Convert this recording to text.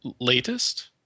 latest